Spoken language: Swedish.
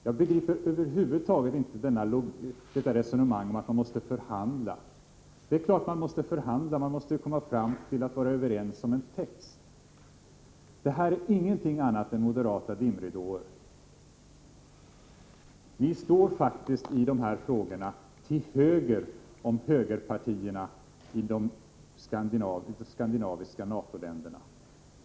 Jag begriper över huvud taget inte detta resonemang om att man måste förhandla. Det är klart att man måste förhandla. Man måste komma fram till att vara överens om en text. Detta är ingenting annat än moderata dimridåer. Ni står faktiskt i de här frågorna till höger om högerpartierna i de skandinaviska NATO-länderna.